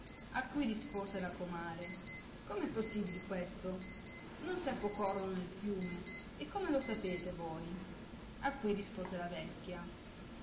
a cui rispose la comare com è possibil questo non si affocorono nel fiume e come lo sapete voi a cui rispose la vecchia